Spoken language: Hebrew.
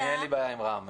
אני, אין לי בעיה עם רם.